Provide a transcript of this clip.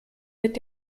mit